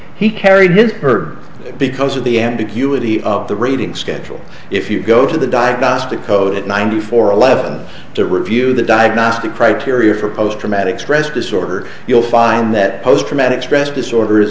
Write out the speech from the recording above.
he carried in her because of the ambiguity of the reading schedule if you go to the diagnostic code at ninety four eleven to review the diagnostic criteria for post traumatic stress disorder you'll find that post traumatic stress disorder